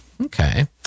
Okay